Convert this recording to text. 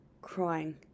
crying